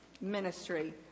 ministry